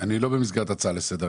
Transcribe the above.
במסגרת הצעה לסדר.